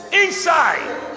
inside